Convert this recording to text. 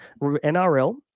NRL